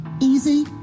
easy